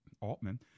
Altman